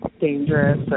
dangerous